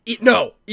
No